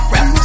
Rap